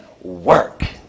work